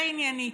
עניינית.